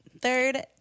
Third